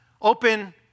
Open